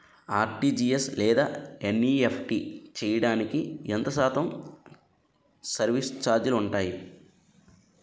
RTGS లేదా NEFT చేయడానికి ఎంత శాతం సర్విస్ ఛార్జీలు ఉంటాయి?